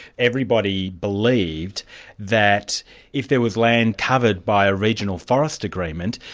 everybody believed that if there was land covered by a regional forestry agreement,